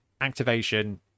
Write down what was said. activation